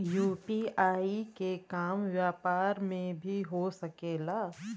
UPI के काम व्यापार में भी हो सके ला?